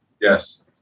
yes